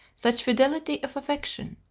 such fidelity of affection.